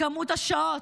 כמות השעות,